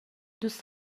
دوست